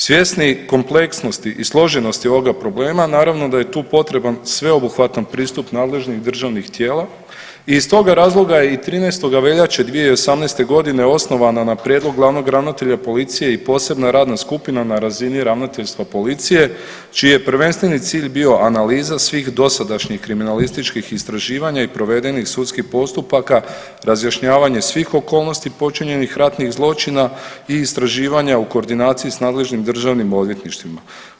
Svjesni kompleksnosti i složenosti ovoga problema naravno da je tu potreban sveobuhvatan pristup nadležnih državnih tijela i iz toga razloga je i 13. veljače 2018. godine osnovana na prijedlog glavnog ravnatelja policije i posebna radna skupina na razini ravnateljstva policije čiji je prvenstveni cilj bio analiza svih dosadašnjih kriminalističkih istraživanja i provedenih sudskih postupaka, razjašnjavanje svih okolnosti počinjenih ratnih zločina i istraživanja u koordinaciji sa nadležnim državnim odvjetništvima.